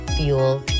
fuel